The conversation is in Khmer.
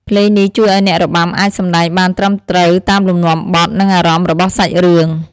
ភ្លេងនេះជួយឱ្យអ្នករបាំអាចសម្តែងបានត្រឹមត្រូវតាមលំនាំបទ និងអារម្មណ៍របស់សាច់រឿង។